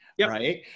right